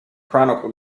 chronicle